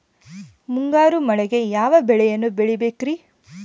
ಮುಂಗಾರು ಮಳೆಗೆ ಯಾವ ಬೆಳೆಯನ್ನು ಬೆಳಿಬೇಕ್ರಿ?